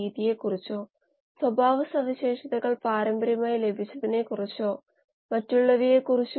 അതിന്റെ ചില വശങ്ങൾ നമ്മൾ പരിശോധിച്ചു